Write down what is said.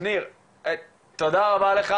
אוקי ניר, תודה רבה לך.